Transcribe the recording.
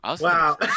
Wow